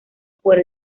por